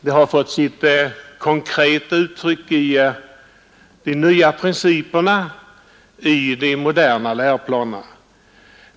Det har fått sitt konkreta uttryck i de nya principerna i de moderna läroplanerna.